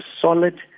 solid